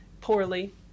poorly